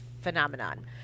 phenomenon